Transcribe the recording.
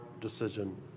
decision